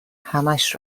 همش